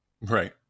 right